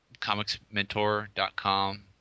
comicsmentor.com